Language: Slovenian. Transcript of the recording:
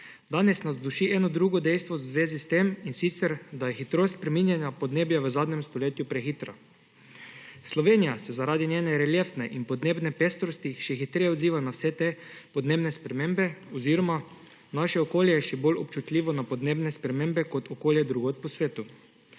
Danes nas duši eno drugo dejstvo v zvezi s tem, in sicer da je hitrost spreminjanja podnebja v zadnjem stoletju prehitra. Slovenija se zaradi svoje reliefne in podnebne pestrosti še hitreje odziva na vse te podnebne spremembe oziroma naše okolje je še bolj občutljivo na podnebne spremembe kot okolje drugod po svetu.